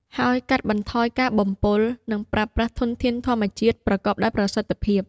ហើយកាត់បន្ថយការបំពុល និងប្រើប្រាស់ធនធានធម្មជាតិប្រកបដោយប្រសិទ្ធភាព។